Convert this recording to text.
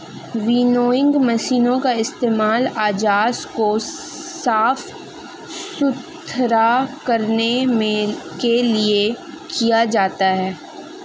winnowing मशीनों का इस्तेमाल अनाज को साफ सुथरा करने के लिए किया जाता है